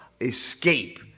escape